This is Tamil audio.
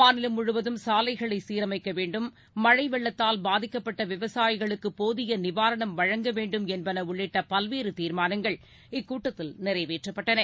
மாநிலம் முழுவதும் சாலைகளை சீரமைக்க வேண்டும் மழை வெள்ளத்தால் பாதிக்கப்பட்ட விவசாயிகளுக்கு போதிய நிவாரணம் வழங்க வேண்டும் என்பன உள்ளிட்ட பல்வேறு தீர்மானங்கள் இக்கூட்டத்தில் நிறைவேற்றப்பட்டன